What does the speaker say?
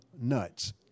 nuts